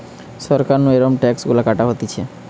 সরকার নু এরম ট্যাক্স গুলা কাটা হতিছে